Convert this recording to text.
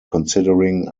considering